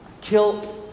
kill